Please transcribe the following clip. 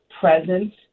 present